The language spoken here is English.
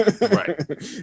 right